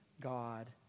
God